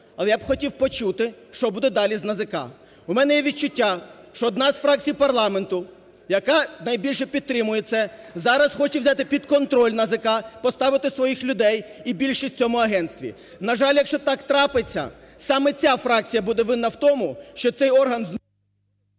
Але я б хотів почути, що буде далі з НАЗК. У мене є відчуття, що одна з фракцій парламенту, яка найбільше підтримує це, зараз хоче взяти під контроль НАЗК, поставити своїх людей і більшість в цьому агентстві. На жаль, якщо так трапиться, саме ця фракція буде винна в тому, що цей орган…